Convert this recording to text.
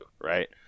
right